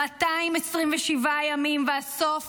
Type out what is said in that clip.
227 ימים, והסוף